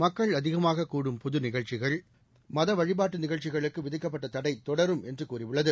மக்கள் அதிகமாக கூடும் பொது நிகழ்ச்சிகள் மத வழிபாட்டு நிகழ்ச்சிகளுக்கு விதிக்கப்பட்ட தடை தொடரும் என்று கூறியுள்ளது